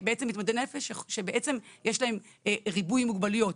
שיש להם ריבוי מוגבלויות,